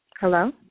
Hello